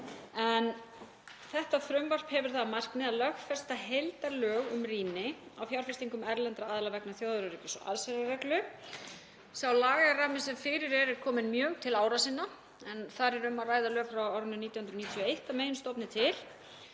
Þetta frumvarp hefur það að markmiði að lögfesta heildarlög um rýni á fjárfestingum erlendra aðila vegna þjóðaröryggis og allsherjarreglu. Sá lagarammi sem fyrir er er kominn mjög til ára sinna en þar er um að ræða lög frá árinu 1991 að meginstofni til.